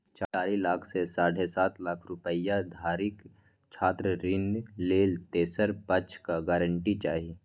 चारि लाख सं साढ़े सात लाख रुपैया धरिक छात्र ऋण लेल तेसर पक्षक गारंटी चाही